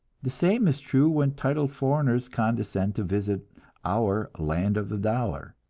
the same is true when titled foreigners condescend to visit our land of the dollar.